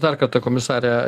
dar kartą komisare